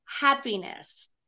happiness